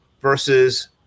versus